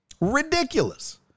Ridiculous